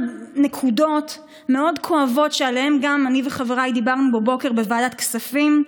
נקודות מאוד כואבות שעליהן אני וחבריי דיברנו בבוקר בוועדת כספים: